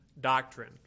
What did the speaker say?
doctrine